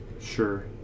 Sure